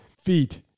feet